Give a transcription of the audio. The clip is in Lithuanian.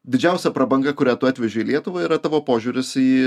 didžiausia prabanga kurią tu atvežei į lietuvą yra tavo požiūris į